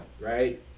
right